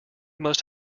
must